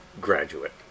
graduate